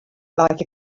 like